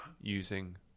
using